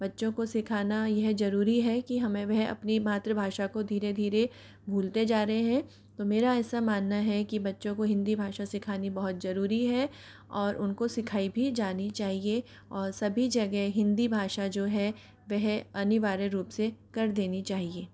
बच्चों को सिखाना यह ज़रूरी है कि हमें वह अपनी मात्र भाषा को धीरे धीरे भूलते जा रहे है तो मेरा ऐसा मानना है कि बच्चों को हिंदी भाषा सीखानी बहुत ज़रूरी है और उनको सिखाई भी जानी चाहिए और सभी जगह हिंदी भाषा जो है वह अनिवार्य रूप से कर देनी चाहिए